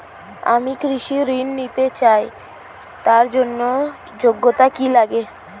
আমি কৃষি ঋণ নিতে চাই তার জন্য যোগ্যতা কি লাগে?